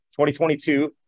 2022